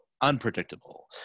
unpredictable